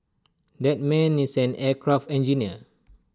that man is an aircraft engineer